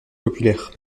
populaire